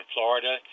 Florida